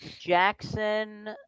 Jackson